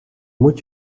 moet